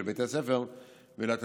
ולבית הספר ולתלמידים,